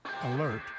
Alert